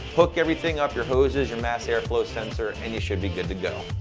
hook everything up. your hoses, your mass airflow sensor, and you should be good to go.